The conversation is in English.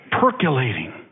percolating